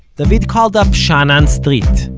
david called up sha'anan street,